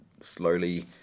slowly